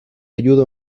ayuda